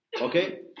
Okay